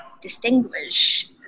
distinguish